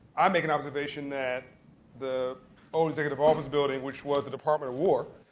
i make an observation that the only executive office building, which was the department of war,